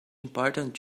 importance